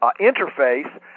interface